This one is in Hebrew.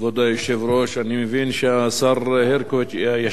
אני מבין שהשר הרשקוביץ ישיב לנו בסופו של דבר.